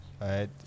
right